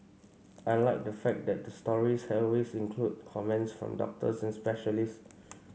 I like the fact that the stories always include comments from doctors and specialists